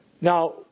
Now